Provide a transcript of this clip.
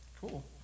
Cool